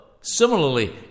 Similarly